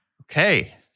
Okay